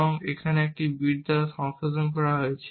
বরং এখানে এক বিট দ্বারা সংশোধন করা হয়েছে